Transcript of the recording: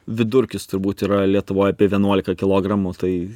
vidurkis turbūt yra lietuvoj apie vienuolika kilogramų tai